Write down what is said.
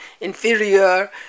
inferior